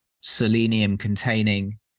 selenium-containing